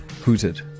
hooted